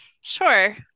Sure